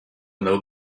know